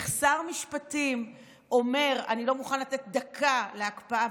איך שר משפטים אומר: אני לא מוכן לתת דקה להקפאה.